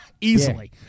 Easily